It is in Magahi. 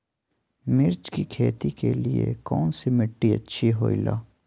मिर्च की खेती के लिए कौन सी मिट्टी अच्छी होईला?